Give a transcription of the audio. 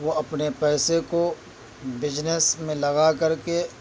وہ اپنے پیسے کو بزنس میں لگا کر کے